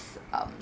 um